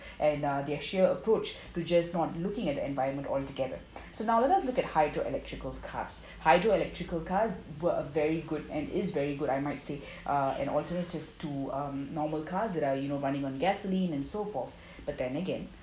and uh their sheer approach to just not looking at the environment altogether so now let us look at hydro electrical cars hydro electrical cars were a very good and is very good I might say uh an alternative to um normal cars that are you know running on gasoline and so forth but then again